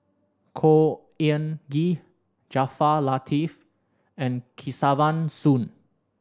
Khor Ean Ghee Jaafar Latiff and Kesavan Soon